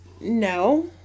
no